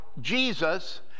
Jesus